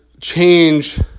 change